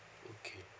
okay